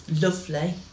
lovely